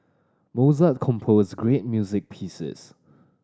Mozart composed great music pieces